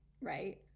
right